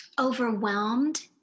overwhelmed